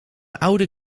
oude